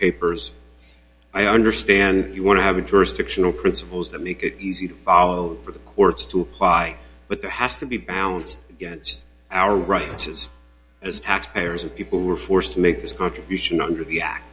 papers i understand you want to have a jurisdictional principles that make it easy to follow for the courts to apply but there has to be balanced against our rights just as taxpayers and people were forced to make his contribution under the act